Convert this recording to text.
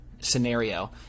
scenario